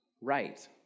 right